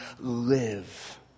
live